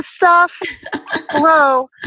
Hello